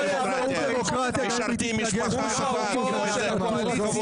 ------ משרתים משפחה אחת וזהו.